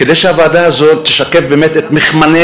כדי שהוועדה הזאת תשקף באמת את מכמני